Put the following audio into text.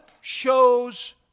shows